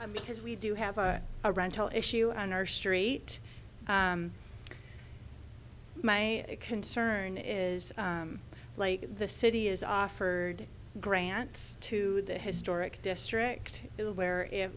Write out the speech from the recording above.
because we do have a rental issue on our street my concern is like the city is offered grants to the historic district where